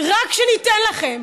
רק שניתן לכם.